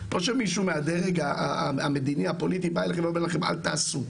לא שמישהו מהדרג המדיני הפוליטי בא אליכם ואומר לכם אל תעשו,